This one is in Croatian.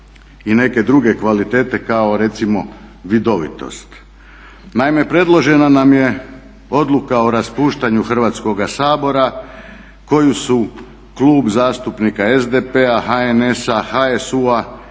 i neke druge kvalitete kao recimo vidovitost. Naime, predložena nam je odluka o raspuštanju Hrvatskoga sabora koju su Klub zastupnika SDP-a, HNS-a, HSU-a,